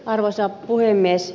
arvoisa puhemies